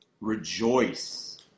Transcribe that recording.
Rejoice